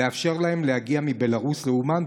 לאפשר להם להגיע מבלרוס לאומן,